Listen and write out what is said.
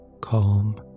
Calm